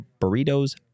burritos